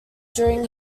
during